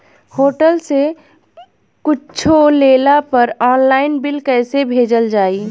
Hotel से कुच्छो लेला पर आनलाइन बिल कैसे भेजल जाइ?